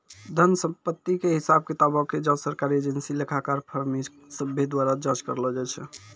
धन संपत्ति के हिसाब किताबो के जांच सरकारी एजेंसी, लेखाकार, फर्म इ सभ्भे द्वारा जांच करलो जाय छै